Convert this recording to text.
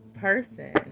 person